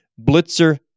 Blitzer